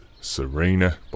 Serena